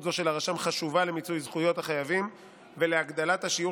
זו של הרשם חשובה למיצוי זכויות החייבים ולהגדלת השיעור